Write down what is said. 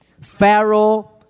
Pharaoh